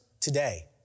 today